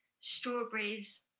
strawberries